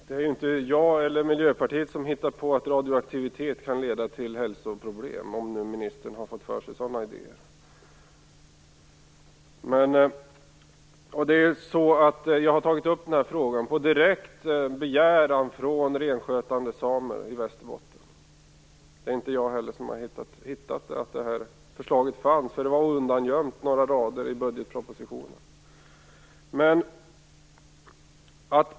Herr talman! Det är inte jag eller Miljöpartiet som har hittat på att radioaktivitet kan leda till hälsoproblem, om ministern nu har fått det för sig. Jag har tagit upp frågan på direkt begäran av renskötande samer i Västerbotten. Det var inte heller jag som hittade förslaget. Det var nämligen undangömt i några rader i budgetpropositionen.